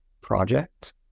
project